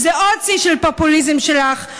זה עוד שיא של פופוליזם שלך,